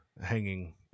hanging